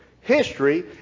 History